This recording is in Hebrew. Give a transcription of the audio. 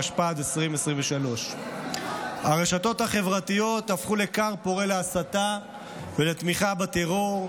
התשפ"ד 2023. הרשתות החברתיות הפכו לכר פורה להסתה ולתמיכה בטרור,